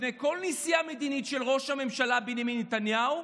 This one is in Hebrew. לפני כל נסיעה מדינית של ראש הממשלה בנימין נתניהו,